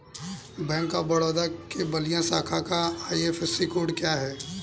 Bank of Baroda के बलिया शाखा का आई.एफ.एस.सी कोड क्या है?